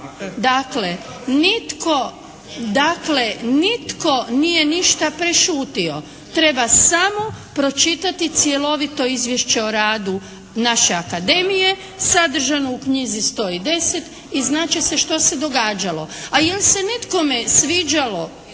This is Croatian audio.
dakle nitko nije ništa prešutio. Treba samo pročitati cjelovito izvješće o radu naše akademije sadržano u knjizi stoji deset i znat će se što se događalo. A jel se nekome sviđalo